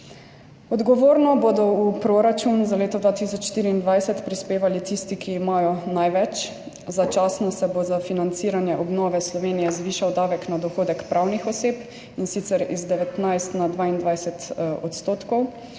Odgovorno bodo v proračun za leto 2024 prispevali tisti, ki imajo največ. Začasno se bo za financiranje obnove Slovenije zvišal davek na dohodek pravnih oseb, in sicer iz 19 na 22 %,